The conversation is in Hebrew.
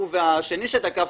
הוא והשני שתקף,